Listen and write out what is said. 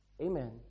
Amen